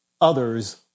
others